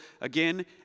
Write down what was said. again